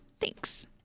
Thanks